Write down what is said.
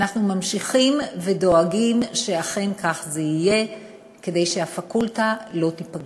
אנחנו ממשיכים ודואגים שאכן כך יהיה כדי שהפקולטה לא תיפגע.